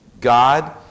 God